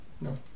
No